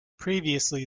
previously